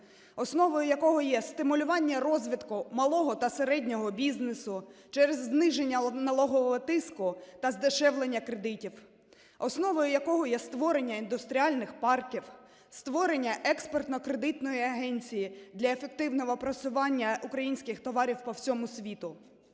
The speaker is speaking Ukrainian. основою якого є стимулювання розвитку малого та середнього бізнесу через зниження налогового тиску та здешевлення кредитів, основною якого є створення індустріальних парків, створення Експортно-кредитної агенції для ефективного просування українських товарів по всьому світу.